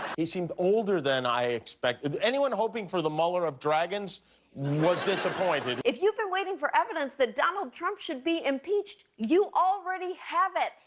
he seemed older than i expected. anyone hoping for the mueller of dragons was disappointed. if you've been waiting for evidence that donald trump should be impeached, you already have it.